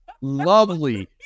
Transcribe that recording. lovely